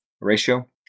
ratio